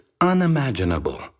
unimaginable